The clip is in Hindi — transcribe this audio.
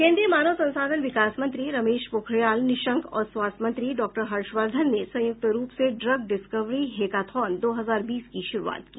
केन्द्रीय मानव संसाधन विकास मंत्री रमेश पोखरियाल निशंक और स्वास्थ्य मंत्री डॉक्टर हर्षवर्धन ने संयुक्त रूप से ड्रग डिस्कवरी हेकाथॉन दो हजार बीस की श्रुआत की